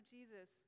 Jesus